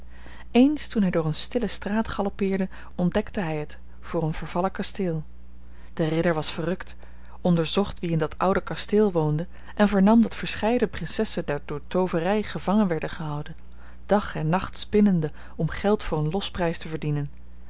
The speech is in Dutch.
eens toen hij door een stille straat galoppeerde ontdekte hij het voor een vervallen kasteel de ridder was verrukt onderzocht wie in dat oude kasteel woonde en vernam dat verscheiden prinsessen daar door tooverij gevangen werden gehouden dag en nacht spinnende om geld voor een losprijs te verdienen